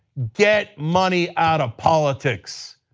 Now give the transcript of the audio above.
get money out of politics.